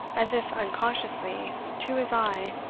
as if unconsciously, to his eye,